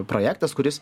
projektas kuris